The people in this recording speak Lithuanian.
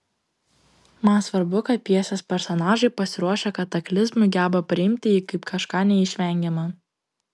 man svarbu kad pjesės personažai pasiruošę kataklizmui geba priimti jį kaip kažką neišvengiama